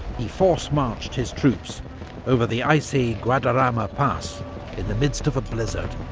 he force-marched his troops over the icy guadarrama pass in the midst of a blizzard.